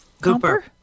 cooper